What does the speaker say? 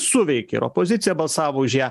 suveikė ir opozicija balsavo už ją